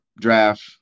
draft